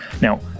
now